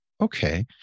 Okay